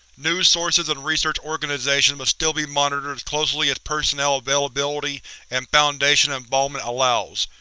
news sources and research organizations must still be monitored as closely as personnel availability and foundation involvement allows,